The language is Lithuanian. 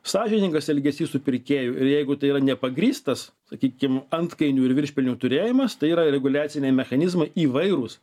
sąžiningas elgesys su pirkėju ir jeigu tai yra nepagrįstas sakykim antkainių ir viršpelnių turėjimas tai yra reguliaciniai mechanizmai įvairūs